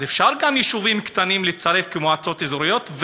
אז אפשר גם יישובים קטנים לצרף כמועצות אזוריות.